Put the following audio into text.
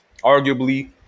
arguably